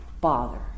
bother